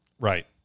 Right